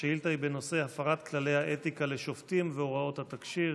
השאילתה היא בנושא הפרת כללי האתיקה לשופטים והוראות התקשי"ר.